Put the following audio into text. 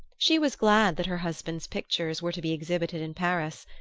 she was glad that her husband's pictures were to be exhibited in paris.